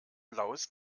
blaues